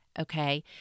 okay